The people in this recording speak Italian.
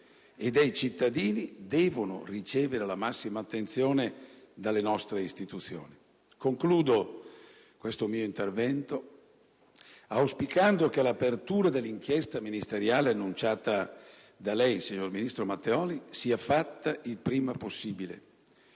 e dei cittadini, deve ricevere la massima attenzione dalle nostre istituzioni. Concludo questo mio intervento auspicando che l'apertura dell'inchiesta ministeriale annunciata da lei, signor ministro Matteoli, sia fatta il prima possibile